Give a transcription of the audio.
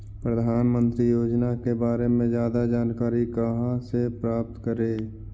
प्रधानमंत्री योजना के बारे में जादा जानकारी कहा से प्राप्त करे?